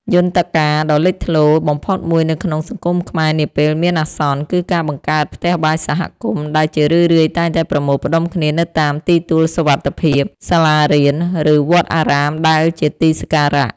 យន្តការដ៏លេចធ្លោបំផុតមួយនៅក្នុងសង្គមខ្មែរនាពេលមានអាសន្ន គឺការបង្កើត ផ្ទះបាយសហគមន៍ ដែលជារឿយៗតែងតែប្រមូលផ្ដុំគ្នានៅតាមទីទួលសុវត្ថិភាព សាលារៀន ឬវត្តអារាមដែលជាទីសក្ការៈ។